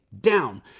down